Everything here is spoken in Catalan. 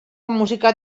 música